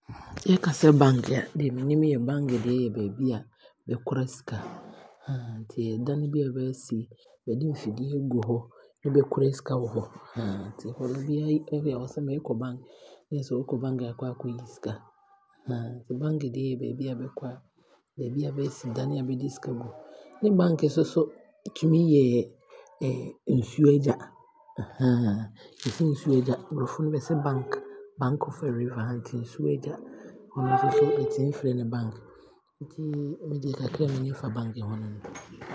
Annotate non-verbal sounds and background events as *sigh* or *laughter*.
Yɛka sɛ bank a deɛ menim yɛ bank deɛ ɛyɛ baabi a yɛkora sika *hesitation* ɛyɛ dane bi a baasi na bɛde mfidie aagu hɔ na bɛkora sika wɔ hɔ *hesitation* nti ɛno ne bi yɛ a ɔse meekɔ bank. Na kyerɛ sɛ ɔɔkɔ bank aakɔ askɔyi sika *hesitation* bank deɛ yɛ baabi a bɛkɔ, baabi a baasi dane a bɛde sika gum. Ne bank nsoso tumi yɛ nsuo agya *hesitation* nsuo agya. Brɔfo no se bank, bank of a River nti nsuo agya hɔ nsoso bɛtumi frɛ no bank. Medeɛ kakra menim fa bank ho no no.